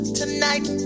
tonight